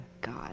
God